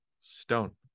stone